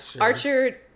Archer